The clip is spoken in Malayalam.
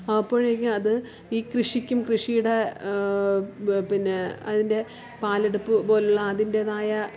അപ്പോഴേക്കും അത് ഈ കൃഷിക്കും കൃഷിയുടെ പ് പിന്നെ അതിൻ്റെ പാലെടുപ്പ് പോലുള്ള അതിൻ്റെതായ